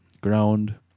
ground